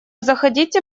заходите